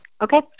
Okay